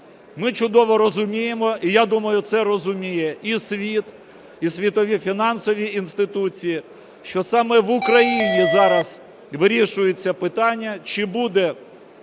Ми чудово розуміємо, і я думаю, це розуміє і світ, і світові фінансові інституції, що саме в Україні зараз вирішується питання, чи буде